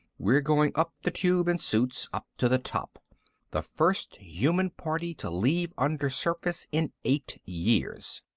we're going up the tube in suits, up to the top the first human party to leave undersurface in eight years.